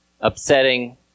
upsetting